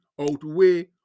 outweigh